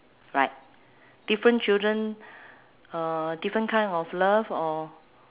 right different children uh different kind of love or